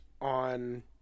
on